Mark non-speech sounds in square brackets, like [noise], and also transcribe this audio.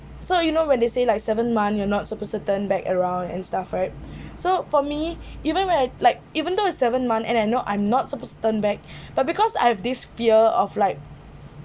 so you know when they say like seventh month you are not supposed to turn back around and stuff right [breath] so for me [breath] even when I like even though is seventh month and I know I'm not supposed to turn back [breath] but because I have this fear of like